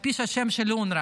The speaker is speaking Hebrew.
הכפישה את השם של אונר"א.